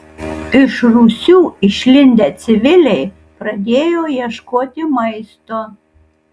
iš rūsių išlindę civiliai pradėjo ieškoti maisto